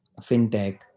fintech